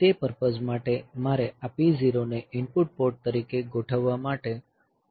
તે પર્પઝ માટે મારે આ P0 ને ઇનપુટ પોર્ટ તરીકે ગોઠવવા માટે મૂવ કરવું જોઈએ